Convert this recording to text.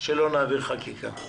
כדי שלא נעביר את החקיקה.